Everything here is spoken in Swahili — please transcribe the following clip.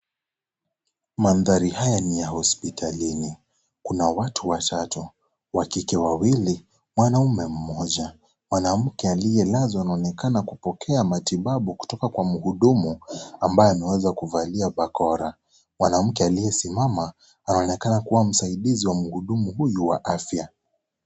Mandhari haya ni hospitalini. Kuna watu watatu, wa kike wawili, mwanaume mmoja. Mwanamke aliyelazwa anaonekana kupokea matibabu kutoka kwa mhudumu ambaye ameweza kuvalia bakora. Mwanamke aliyesimama, anaonekana kuwa msaidizi wa mhudumu huyu wa afya.